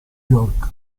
york